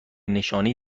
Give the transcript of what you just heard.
نشانی